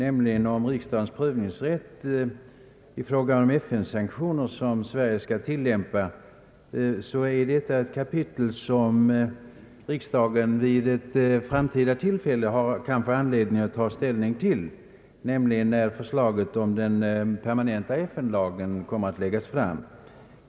Det gällde riksdagens prövningsrätt beträffande FN:s sanktioner som Sverige skall tillämpa, ett kapitel som riksdagen vid ett framtida tillfälle kan få anledning att ta ställning till, nämligen när förslaget om den permanenta FN lagen läggs fram.